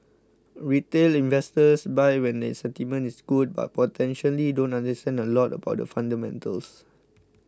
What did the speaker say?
retail investors buy when the sentiment is good but potentially don't understand a lot about the fundamentals